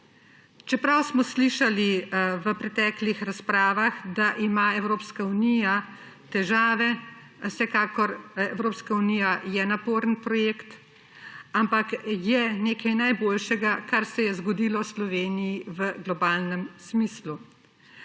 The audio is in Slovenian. Čeprav smo slišali v preteklih razpravah, da ima Evropska unija težave – vsekakor Evropska unija je naporen projekt – je nekaj najboljšega, kar se je zgodilo Sloveniji v globalnem smislu.